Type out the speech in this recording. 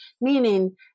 meaning